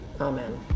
Amen